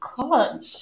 God